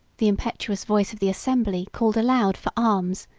the impetuous voice of the assembly called aloud for arms,